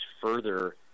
further